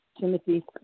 Timothy